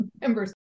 members